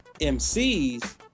MCs